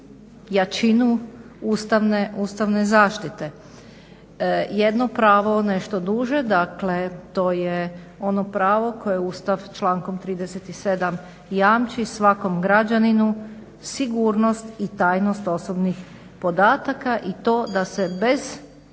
jačinu ustavne zaštite. Jedno pravo nešto duže dakle to je ono pravo koje Ustav člankom 37. "jamči svakom građaninu sigurnost i tajnost osobnih podataka i to da se bez